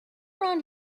around